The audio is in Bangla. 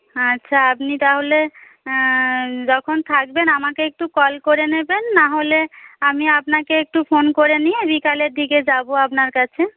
হ্যাঁ আচ্ছা আপনি তাহলে যখন থাকবেন আমাকে একটু কল করে নেবেন না হলে আমি আপনাকে একটু ফোন করে নিয়ে বিকেলের দিকে যাব আপনার কাছে